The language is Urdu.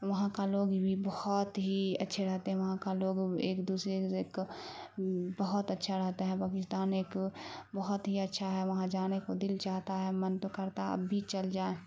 وہاں کا لوگ بھی بہت ہی اچھے رہتے ہیں وہاں کا لوگ ایک دوسرے بہت اچھا رہتا ہے پاکستان ایک بہت ہی اچھا ہے وہاں جانے کو دل چاہتا ہے من تو کرتا اب بھی چل جائیں